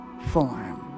form